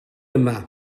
yma